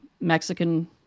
Mexican